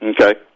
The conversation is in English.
Okay